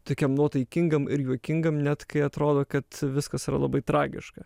tokiam nuotaikingam ir juokingam net kai atrodo kad viskas yra labai tragiška